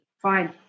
Fine